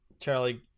Charlie